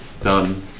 done